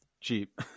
cheap